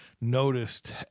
noticed